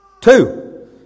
Two